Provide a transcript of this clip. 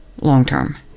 long-term